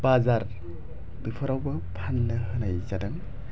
बाजार बेफोरावबो फाननो होनाय जादों